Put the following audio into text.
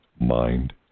Mind